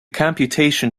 computation